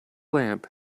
lamp